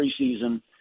preseason